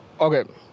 okay